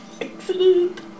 Excellent